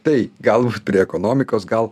tai gal prie ekonomikos gal